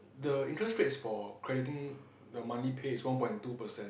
the interest rates for crediting the monthly pay is one point two percent